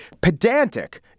pedantic